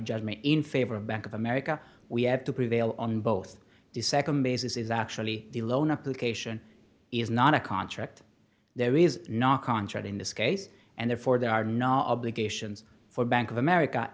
judgment in favor of bank of america we have to prevail on both the nd basis is actually the loan application is not a contract there is not a contract in this case and therefore there are not obligations for bank of america